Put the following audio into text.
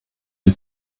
die